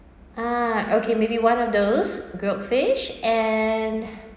ah okay maybe one of those grilled fish and